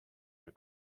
her